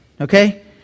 okay